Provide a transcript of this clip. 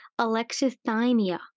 alexithymia